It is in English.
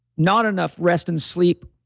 not enough rest and sleep,